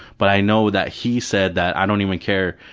but i know that he said that i don't even care.